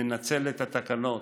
ננצל את התקנות,